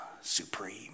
supreme